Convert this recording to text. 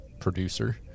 producer